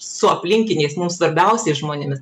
su aplinkiniais mums svarbiausiais žmonėmis